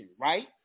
Right